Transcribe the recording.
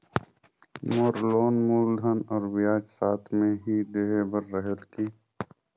मोर loan मूलधन और ब्याज साथ मे ही देहे बार रेहेल की?